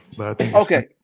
Okay